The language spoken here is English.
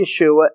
Yeshua